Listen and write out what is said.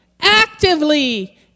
actively